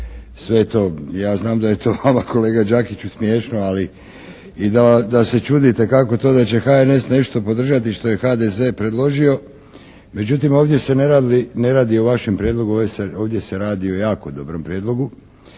sve to. Ja znam da je to vama kolega Đakiću smiješno i da se čudite kako to da će HNS nešto podržati što je HDZ predložio. Međutim, ovdje se ne radi o vašem prijedlogu Lesar. Ovdje se radi o jako dobrom prijedlogu,